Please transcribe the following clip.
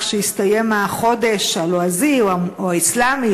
כשיסתיים החודש הלועזי או האסלאמי,